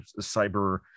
cyber